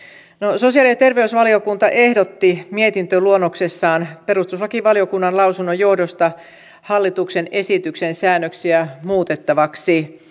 sosiaali ja terveysvaliokunta ehdotti mietintöluonnoksessaan perustuslakivaliokunnan lausunnon johdosta hallituksen esityksen säännöksiä muutettavaksi